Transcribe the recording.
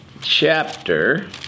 Chapter